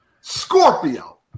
Scorpio